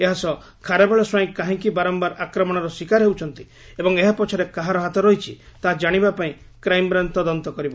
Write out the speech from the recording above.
ଏହାସହ ଖାରବେଳ ସ୍ୱାଇଁ କାହିଁକି ବାରମ୍ଭାର ଆକ୍ରମଣର ଶିକାର ହେଉଛନ୍ତି ଏବଂ ଏହା ପଛରେ କାହାର ହାତ ରହିଛି ତାହା ଜାଣିବା ପାଇଁ କ୍ରାଇମ୍ବ୍ରାଞ ତଦନ୍ତ କରିବ